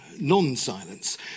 non-silence